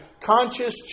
conscious